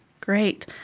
Great